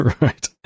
Right